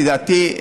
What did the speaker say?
לדעתי,